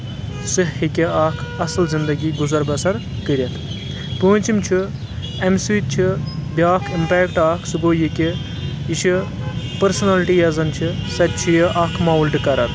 سُہ ہیٚکہِ اَکھ اَصٕل زندگی گُزَر بَسَر کٔرِتھ پوٗنٛژِم چھُ امہِ سۭۍ چھُ بیاکھ اِمپیکٹ اَکھ سُہ گوٚو یہِ کہِ یہِ چھُ پٔرسٕنلٹی یۄس زَن چھِ سۄ تہِ چھُ یہِ اَکھ ماولٹہٕ کران